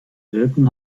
wirken